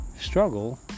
Struggle